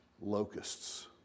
locusts